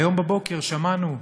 היום בבוקר שמענו,